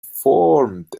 formed